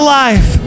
life